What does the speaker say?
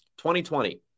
2020